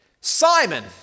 Simon